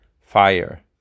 Fire